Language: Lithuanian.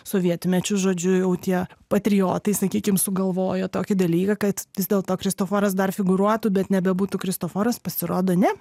sovietmečiu žodžiu jau tie patriotai sakykim sugalvojo tokį dalyką kad vis dėlto kristoforas dar figūruotų bet nebebūtų kristoforas pasirodo ne